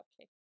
okay